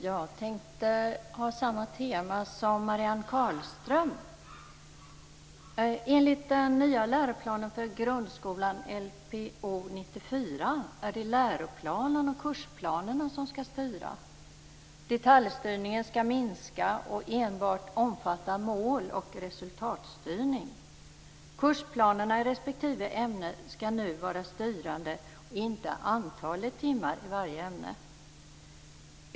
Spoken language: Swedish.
Herr talman! Jag tänker hålla mig till samma tema som Marianne Carlström. Lpo 94, är det läroplanen och kursplanerna som skall styra. Detaljstyrningen skall minska och enbart omfatta mål och resultatstyrning. Kursplanerna i respektive ämne skall nu vara styrande och inte antalet timmar i varje ämne.